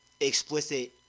explicit